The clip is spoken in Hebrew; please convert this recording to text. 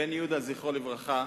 בן יהודה, זכרו לברכה,